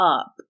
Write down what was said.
up